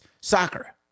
soccer